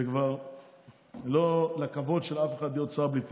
זה כבר לא בכבוד של אף אחד להיות שר בלי תיק,